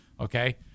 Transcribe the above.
Okay